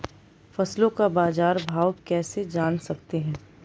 फसलों का बाज़ार भाव कैसे जान सकते हैं?